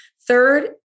Third